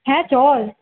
হ্যাঁ চল